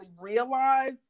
realize